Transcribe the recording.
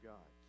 God